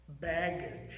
baggage